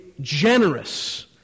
generous